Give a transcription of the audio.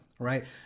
Right